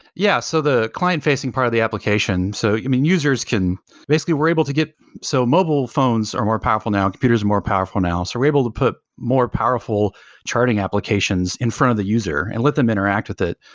yeah. so the client-facing part of the application, so i yeah mean, users can basically, we're able to get so mobile phones are more powerful now. computers are more powerful now. so we're able to put more powerful charting applications in front of the user and let them interact with it.